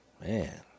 Man